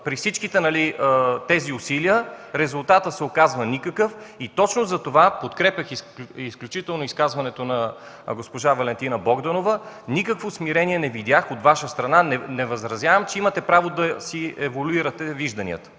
при всичките тези усилия резултатът се оказва никакъв и точно затова подкрепям изказването на госпожа Валентина Богданова. Никакво смирение не видях от Ваша страна. Не възразявам, че имате право да си еволюирате вижданията,